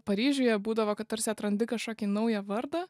paryžiuje būdavo kad tarsi atrandi kašokį naują vardą